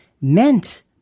meant